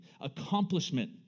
Accomplishment